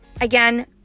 Again